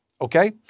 okay